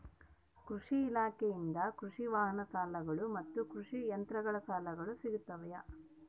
ಕೃಷಿ ಇಲಾಖೆಯಿಂದ ಕೃಷಿ ವಾಹನ ಸಾಲಗಳು ಮತ್ತು ಕೃಷಿ ಯಂತ್ರಗಳ ಸಾಲಗಳು ಸಿಗುತ್ತವೆಯೆ?